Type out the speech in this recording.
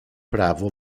prawo